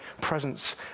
presence